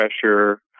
pressure